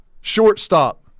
Shortstop